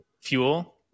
fuel